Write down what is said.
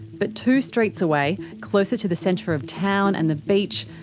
but two streets away, closer to the centre of town, and the beach,